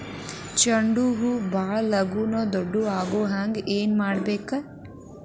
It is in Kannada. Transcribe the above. ಚಂಡ ಹೂ ಭಾಳ ಲಗೂನ ದೊಡ್ಡದು ಆಗುಹಂಗ್ ಏನ್ ಮಾಡ್ಬೇಕು?